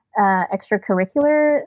extracurricular